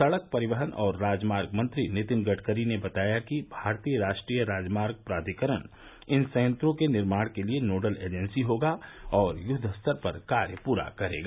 सड़क परिवहन और राजमार्ग मंत्री नितिन गडकरी ने बताया कि भारतीय राष्ट्रीय राजमार्ग प्राधिकरण इन संयंत्रों के निर्माण के लिए नोडल एजेंसी होगा और युद्वस्तर पर कार्य पूरा करेगा